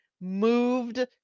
moved